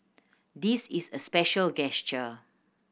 this is a special gesture